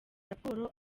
raporo